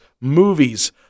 movies